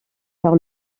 par